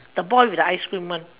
the boy with the ice cream one